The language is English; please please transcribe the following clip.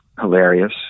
hilarious